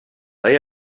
they